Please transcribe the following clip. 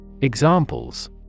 Examples